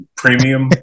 premium